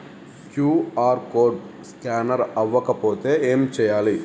QR code scanner అవ్వకపోతే ఏం చేయాలి?